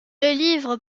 livre